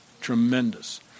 Tremendous